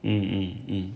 mm mm mm